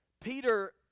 Peter